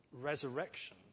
resurrection